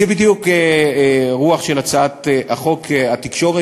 זו בדיוק הרוח של הצעת חוק התקשורת